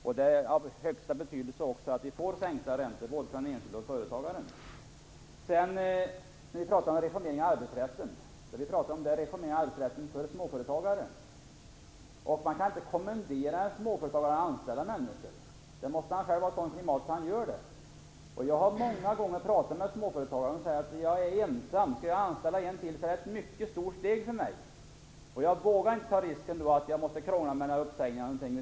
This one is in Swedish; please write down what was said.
Det är också av högsta betydelse att vi får sänkta räntor, både för den enskilda människan och för företagaren. Vi har pratat om att reformera arbetsrätten för småföretagare. Man kan inte kommendera en småföretagare att anställa människor. Det måste vara ett sådant klimat att han gör det. Jag har många gånger pratat med småföretagare. De säger att de är ensamma och det är ett mycket stort steg att anställa en till. De vågar inte ta risken att behöva krångla med uppsägningar.